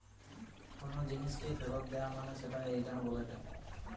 কোনো জিনিসকে ফেরত দেয়া মানে সেটাকে রিটার্ন বলেটে